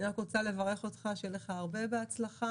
אני רק רוצה לברך אותך שיהיה לך הרבה בהצלחה,